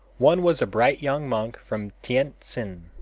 one was a bright young monk from tientsin.